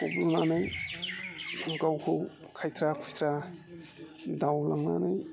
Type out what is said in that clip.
थब्ल'नानै गावखौ खायथ्रा खुयथ्रा दावलांनानै